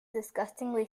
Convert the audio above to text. disgustingly